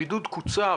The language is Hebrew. הבידוד קוצר